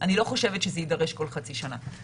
אני לא חושבת שזה יידרש כל חצי שנה.